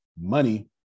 Money